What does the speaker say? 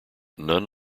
none